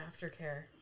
aftercare